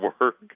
work